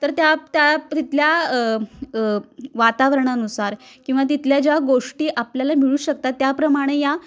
तर त्या त्या तिथल्या वातावरणानुसार किंवा तिथल्या ज्या गोष्टी आपल्याला मिळू शकतात त्याप्रमाणे या